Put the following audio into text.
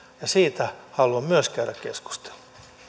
ja siitä haluan myös käydä keskustelua